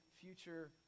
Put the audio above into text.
future